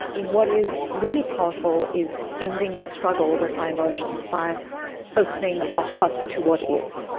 what is really powerful is ending struggle with our emotions by opening our hearts to what is.